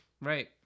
Right